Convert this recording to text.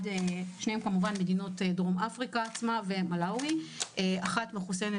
שניהם חזרו ממדינות אפריקה עצמה וממלאווי אחת מחוסנת